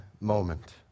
moment